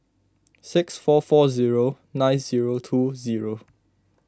six four four zero nine zero two zero